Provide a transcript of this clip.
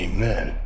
Amen